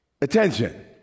attention